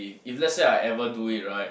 if let's say I ever do it right